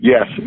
Yes